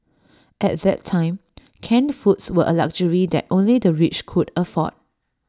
at that time canned foods were A luxury that only the rich could afford